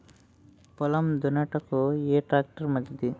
పొలం దున్నుటకు ఏ ట్రాక్టర్ మంచిది?